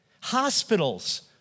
Hospitals